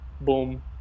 boom